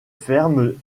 ferme